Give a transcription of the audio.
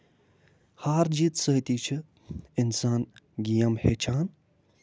ہار جیٖت سۭتی اِنسان گٮ۪م ہٮ۪چھان